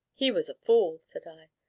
he was a fool! said i.